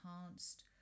enhanced